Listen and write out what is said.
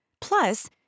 Plus